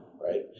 right